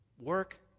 work